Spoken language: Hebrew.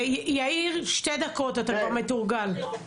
יאיר שתי דקות, אתה כבר מתורגל.